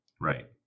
Right